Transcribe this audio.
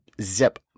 zip